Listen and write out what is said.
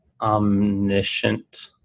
omniscient